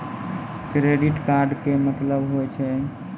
Credit card के मतलब होय छै?